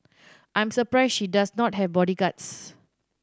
I'm surprised she does not have bodyguards